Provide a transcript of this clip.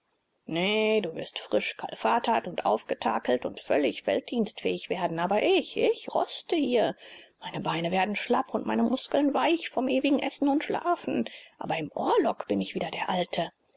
nee du wirst frisch kalfatert und aufgetakelt und völlig felddienstfähig werden aber ich ich roste hier meine beine werden schlapp und meine muskeln weich vom ewigen essen und schlafen aber im orlog bin ich wieder der alte